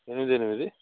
ఎనిమిది ఎనిమిది